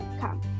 come